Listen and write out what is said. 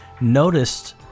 noticed